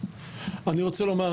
אני שמח לחזור.